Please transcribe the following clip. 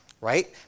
right